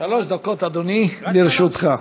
שלוש דקות, אדוני, לרשותך.